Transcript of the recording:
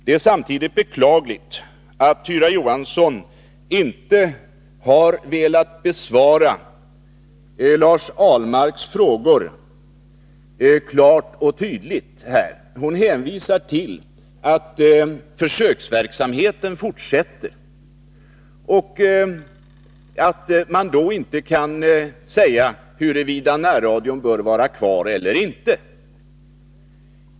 Det är beklagligt att Tyra Johansson inte har velat besvara Lars Ahlmarks frågor klart och tydligt. Hon hänvisar till att försöksverksamheten fortsätter och att man därför inte kan säga huruvida närradion bör vara kvar eller inte.